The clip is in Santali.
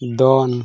ᱫᱚᱱ